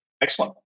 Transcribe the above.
Excellent